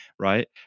right